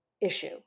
issue